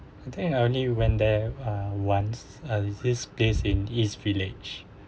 I think I only went there uh once it's this place in east village